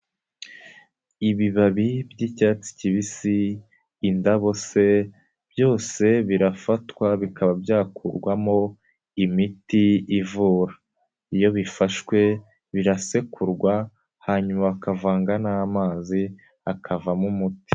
Ibibabi by'icyatsi kibisi, indabo se, byose birafatwa bikaba byakurwamo imiti ivura. Iyo bifashwe birasekurwa hanyuma bakavanga n'amazi, akavamo umuti.